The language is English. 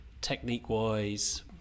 technique-wise